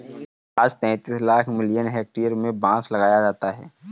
आज तैंतीस lakh million hectare में बांस लगाया जाता है